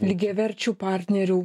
lygiaverčių partnerių